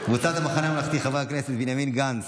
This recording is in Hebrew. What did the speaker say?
קבוצת סיעת המחנה הממלכתי, חברי הכנסת בנימין גנץ,